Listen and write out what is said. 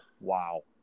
Wow